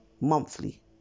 monthly